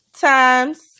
times